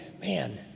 man